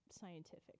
scientific